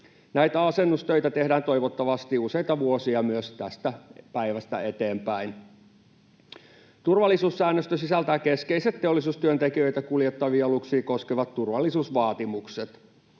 Näitä asennustöitä tehdään toivottavasti useita vuosia myös tästä päivästä eteenpäin. Turvallisuussäännöstö sisältää keskeiset teollisuustyöntekijöitä kuljettavia aluksia koskevat turvallisuusvaatimukset.